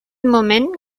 moment